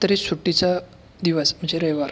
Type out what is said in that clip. तरी सुट्टीचा दिवस म्हणजे रविवार